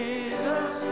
Jesus